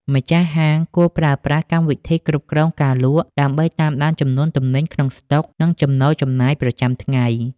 ម្ចាស់ហាងគួរប្រើប្រាស់ កម្មវិធីគ្រប់គ្រងការលក់ ដើម្បីតាមដានចំនួនទំនិញក្នុងស្តុក និងចំណូលចំណាយប្រចាំថ្ងៃ។